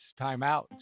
timeout